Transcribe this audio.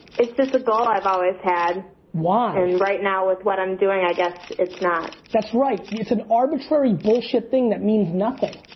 it's just a goal i've always had. why? and right now with what i'm doing i guess it's not. that's right. yeah it's an arbitrary bullshit thing that means nothing.